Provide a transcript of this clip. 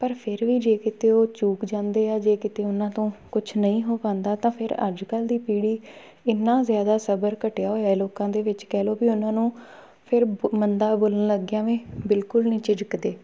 ਪਰ ਫਿਰ ਵੀ ਜੇ ਕਿਤੇ ਉਹ ਚੂਕ ਜਾਂਦੇ ਆ ਜੇ ਕਿਤੇ ਉਹਨਾਂ ਤੋਂ ਕੁਛ ਨਹੀਂ ਹੋ ਪਾਉਂਦਾ ਤਾਂ ਫਿਰ ਅੱਜ ਕੱਲ੍ਹ ਦੀ ਪੀੜ੍ਹੀ ਇੰਨਾ ਜ਼ਿਆਦਾ ਸਬਰ ਘਟਿਆ ਹੋਇਆ ਲੋਕਾਂ ਦੇ ਵਿੱਚ ਕਹਿ ਲਓ ਵੀ ਉਹਨਾਂ ਨੂੰ ਫਿਰ ਮੰਦਾ ਬੋਲਣ ਲੱਗਿਆ ਵੀ ਬਿਲਕੁਲ ਨਹੀਂ ਝਿਜਕਦੇ